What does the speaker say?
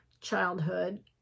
childhood